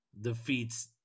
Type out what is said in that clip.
defeats